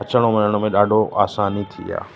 अचनि वञण में ॾाढो आसानी थी आहे